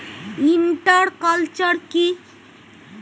Inter culture কি?